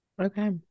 Okay